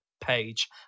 page